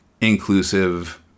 inclusive